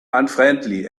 unfriendly